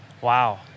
wow